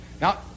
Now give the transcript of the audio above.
Now